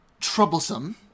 troublesome